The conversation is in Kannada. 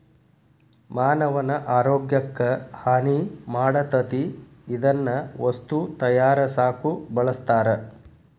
ಮಾನವನ ಆರೋಗ್ಯಕ್ಕ ಹಾನಿ ಮಾಡತತಿ ಇದನ್ನ ವಸ್ತು ತಯಾರಸಾಕು ಬಳಸ್ತಾರ